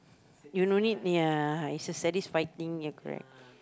you no need ya is a satisfied thing ya correct